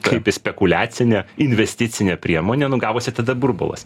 tulpės spekuliacinė investicinė priemonė nu gavosi tada burbulas